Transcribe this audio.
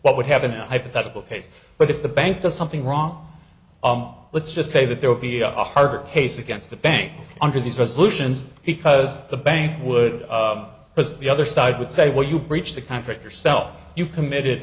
what would happen in a hypothetical case but if the bank does something wrong let's just say that there will be a hard case against the bank under these resolutions because the bank would as the other side would say well you breached the contract yourself you committed